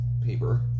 paper